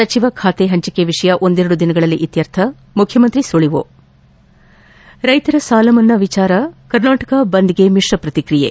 ಸಚಿವ ಖಾತೆ ಹಂಚಿಕೆ ವಿಷಯ ಒಂದೆರಡು ದಿನಗಳಲ್ಲಿ ಇತ್ಪರ್ಥ ಮುಖ್ಯಮಂತ್ರಿ ಸುಳವು ರೈತರ ಸಾಲಮನ್ನಾ ವಿಚಾರ ಕರ್ನಾಟಕ ಬಂದ್ಗೆ ಮಿಶ್ರ ಪ್ರತಿಕ್ರಿಯೆ